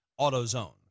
AutoZone